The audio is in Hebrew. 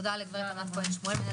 תודה לגב' ענת כהן שמואלי,